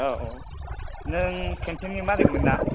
औ औ नों केनटिननि मालिकमोन ना